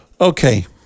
Okay